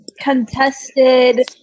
contested